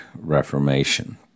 Reformation